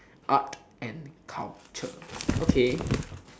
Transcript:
art and culture okay